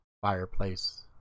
fireplace